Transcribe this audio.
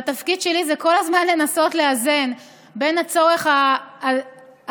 והתפקיד שלי זה כל הזמן לנסות לאזן בין הצורך ההכרחי